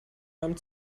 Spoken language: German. meinem